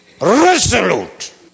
resolute